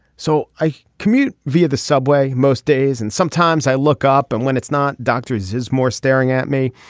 so i commute via the subway most days and sometimes i look up and when it's not doctors is more staring at me.